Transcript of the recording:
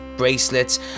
bracelets